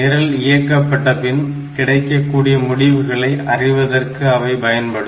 நிரல் இயக்கப்பட்ட பின் கிடைக்கக்கூடிய முடிவுகளை அறிவதற்கு அவை பயன்படும்